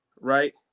Right